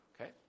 Okay